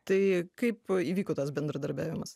tai kaip įvyko tas bendradarbiavimas